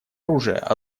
оружия